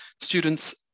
students